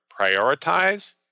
prioritize